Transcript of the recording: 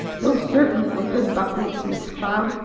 those certainly were good buckwheats, miss cloud.